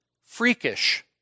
freakish